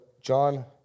John